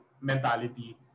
mentality